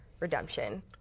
Redemption